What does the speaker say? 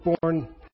born